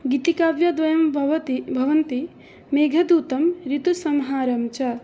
गीतिकाव्यद्वयं भवति भवन्ति मेघदूतं ऋतुसंहारं च